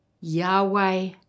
Yahweh